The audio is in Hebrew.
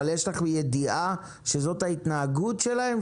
אבל יש לך ידיעה שזו ההתנהגות שלהם?